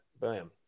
bam